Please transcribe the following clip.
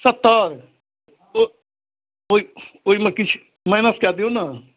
सत्तरि ओ ओहि ओहिमे किछु माइनस कऽ दिऔ ने